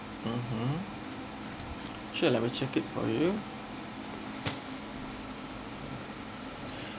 mmhmm sure let me check it for you